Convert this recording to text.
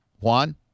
Juan